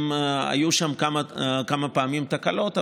היו שם כמה פעמים תקלות,